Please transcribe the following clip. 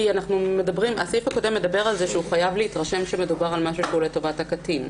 הסעיף הקודם אומר שהוא חייב להתרשם שמדובר על טובת הקטין,